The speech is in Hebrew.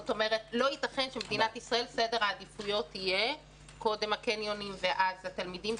לא ייתכן שבמדינת ישראל סדר העדיפויות יהיה קודם הקניונים ואז התלמידים.